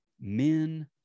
men